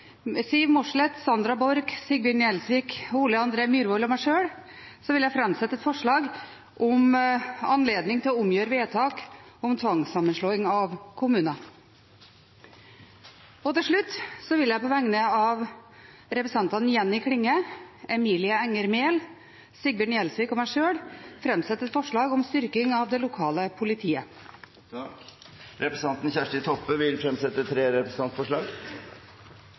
Siv Mossleth, Sandra Borch, Sigbjørn Gjelsvik, Ole André Myhrvold og meg sjøl vil jeg framsette et forslag om anledning til å omgjøre vedtak om tvangssammenslåing av kommuner. Til slutt vil jeg på vegne av representantene Jenny Klinge, Emilie Enger Mehl, Sigbjørn Gjelsvik og meg sjøl framsette et forslag om styrking av det lokale politiet. Representanten Kjersti Toppe vil fremsette tre representantforslag.